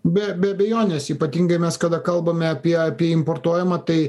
be be abejonės ypatingai mes kada kalbame apie apie importuojamą tai